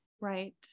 right